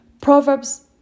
Proverbs